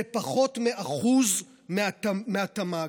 זה פחות מ-1% מהתמ"ג,